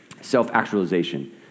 self-actualization